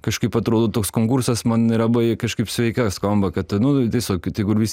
kažkaip atrodo toks konkursas man nerabai kažkaip sveika skamba kad nu tiesiog tegul visi